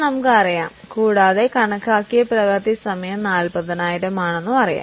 നമുക്ക് ഇവിടെ കോസ്റ്റ് അറിയാം കണക്കാക്കിയ പ്രവൃത്തി സമയം 40000 ആണെന്നും അറിയാം